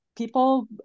People